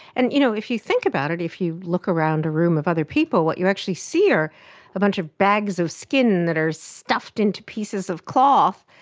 and you know if you think about it, if you look around a room of other people, what you actually see are a bunch of bags of skin that are stuffed into pieces of cloth,